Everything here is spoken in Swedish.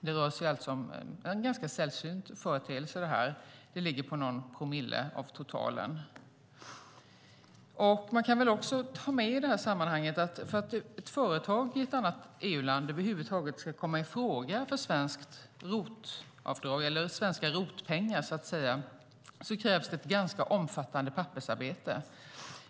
Det rör sig alltså om en ganska sällsynt företeelse som ligger på någon promille av totalen. Man kan också i detta sammanhang ta med följande: För att ett företag i ett annat EU-land över huvud taget ska komma i fråga för svenska ROT-pengar krävs det ett ganska omfattande pappersarbete.